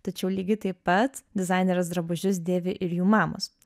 tačiau lygiai taip pat dizainerės drabužius dėvi ir jų mamos